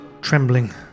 trembling